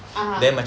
(uh huh)